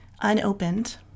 unopened